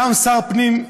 קם שר פנים,